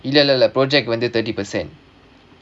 இல்லலல:illalala project வந்து:vandhu thirty percent